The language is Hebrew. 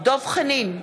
דב חנין,